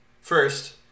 first